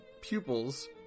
pupils